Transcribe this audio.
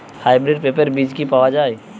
Hybrid পেঁপের বীজ কি পাওয়া যায়?